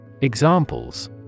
Examples